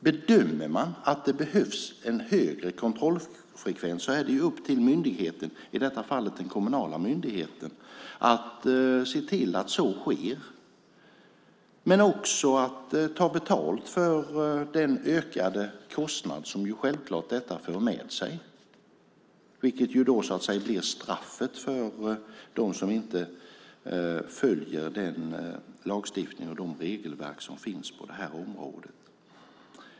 Bedömer man att det behövs en högre kontrollfrekvens är det upp till myndigheten, i detta fall den kommunala myndigheten, att se till att så sker, men också ta betalt för den ökade kostnad som självklart detta för med sig. Det blir så att säga straffet för dem som inte följer den lagstiftning och de regelverk som finns på området.